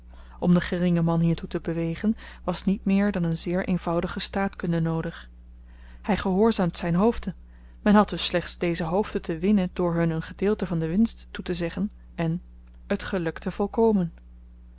om den geringen man hiertoe te bewegen was niet meer dan een zeer eenvoudige staatkunde noodig hy gehoorzaamt zyn hoofden men had dus slechts deze hoofden te winnen door hun een gedeelte van de winst toetezeggen en het gelukte volkomen